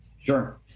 Sure